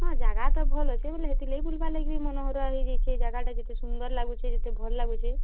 ହଁ ଜାଗା ତ ଭଲ୍ ଅଛେ ବେଲେ ହେଥିର୍ ଲାଗି ବୁଲ୍ବାର୍ ଲାଗି ମନହରା ହେଇଯାଇଛେ ଜାଗାଟା ଯେତେ ସୁନ୍ଦର୍ ଲାଗୁଛେ ଯେତେ ଭଲ୍ ଲାଗୁଛେ